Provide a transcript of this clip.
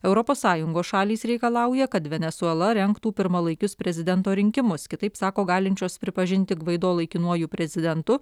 europos sąjungos šalys reikalauja kad venesuela rengtų pirmalaikius prezidento rinkimus kitaip sako galinčios pripažinti gvaido laikinuoju prezidentu